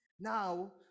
Now